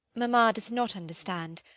mamma does not understand.